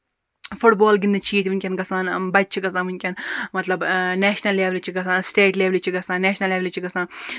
foot بال گِنٛدنہِ چھِ ییٚتہِ ونکیٚن گژھان بَچہٕ چھِ گژھان ؤنکیٚن مطلب نیشنَل لیٚولہِ چھِ گژھان سِٹیٹ لیٚولہِ چھِ گژھان نیشنَل لیٚولہِ چھِ گژھان